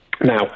Now